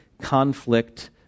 conflict